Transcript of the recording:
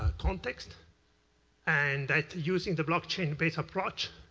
ah context and using the blockchain-based approach